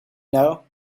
know